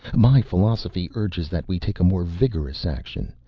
my philosophy urges that we take a more vigorous action,